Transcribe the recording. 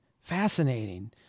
Fascinating